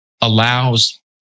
allows